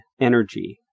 energy